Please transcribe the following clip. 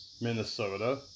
Minnesota